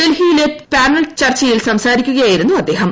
ഡൽഹിയിലെ പാനൽ ് ചർച്ചയിൽ സംസാരിക്കുകയായിരുന്നു അദ്ദേഹം